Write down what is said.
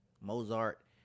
mozart